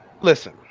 listen